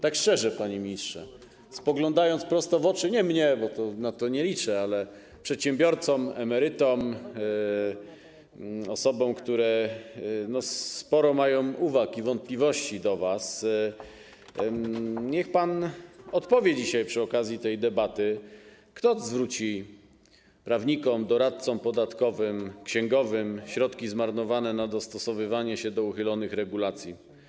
Tak szczerze, panie ministrze, spoglądając prosto w oczy nie mnie, bo na to nie liczę, ale przedsiębiorcom, emerytom, osobom, które mają sporo uwag i wątpliwości co do was, niech pan odpowie dzisiaj przy okazji tej debaty: Kto zwróci prawnikom, doradcom podatkowym, księgowym środki zmarnowane na dostosowywanie się do uchylonych regulacji?